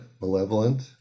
Malevolent